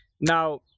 now